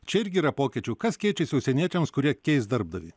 čia irgi yra pokyčių kas keičiasi užsieniečiams kurie keis darbdavį